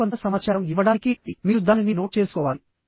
మీకు కొంత సమాచారం ఇవ్వడానికి మీరు దానిని నోట్ చేసుకోవాలి